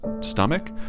stomach